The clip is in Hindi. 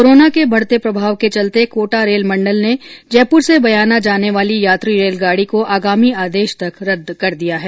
कोरोना के बढते प्रभाव के चलते कोटा रेल मंडल ने जयपुर से बयाना जाने वाली यात्री रेलगाडी को आगामी आदेश तक रद्द कर दिया है